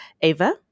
ava